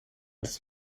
des